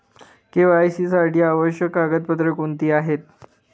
KYC साठी आवश्यक कागदपत्रे कोणती आहेत?